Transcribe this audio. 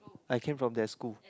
I came from that school